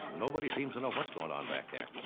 nobody seems to know what's going on back there.